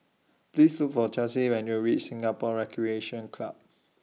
Please Look For Chelsy when YOU REACH Singapore Recreation Club